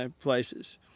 places